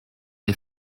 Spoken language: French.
les